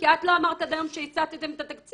כי אז לא אמרת גם שהסטתם את התקציב.